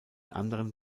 anderen